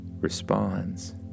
responds